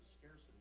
scarcity